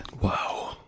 Wow